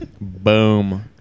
Boom